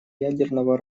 ядерного